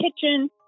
kitchen